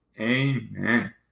Amen